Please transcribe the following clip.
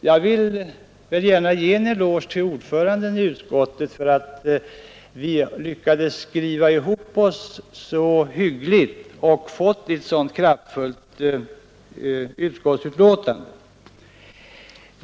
Jag vill gärna ge en eloge till utskottets ordförande för att vi lyckats skriva ihop oss så som vi gjort och fått ett kraftfullt utskottsbetänkande.